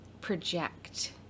project